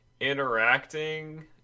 interacting